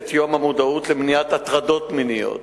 היום את יום המודעות למניעת הטרדות מיניות.